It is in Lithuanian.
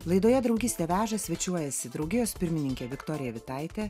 laidoje draugystė veža svečiuojasi draugijos pirmininkė viktorija vitaitė